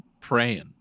praying